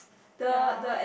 ye